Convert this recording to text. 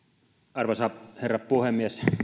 arvoisa herra puhemies kun